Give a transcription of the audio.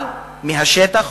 אבל מהשטח,